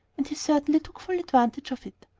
and he certainly took full advantage of it.